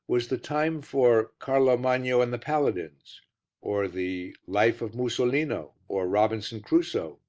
was the time for carlo magno and the paladins or the life of musolino, or robinson crusoe,